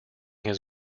his